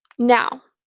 now,